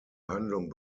handlung